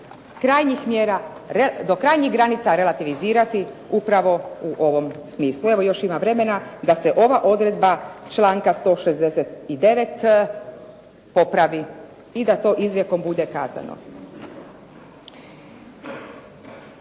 tajnu treba do krajnjih granica relativizirati upravo u ovom smislu. Evo, još ima vremena da se ova odredba članka 169. popravi i da to izrijekom bude kazano.